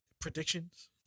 predictions